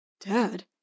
Dad